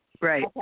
Right